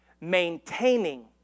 maintaining